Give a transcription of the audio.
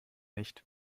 nicht